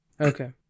Okay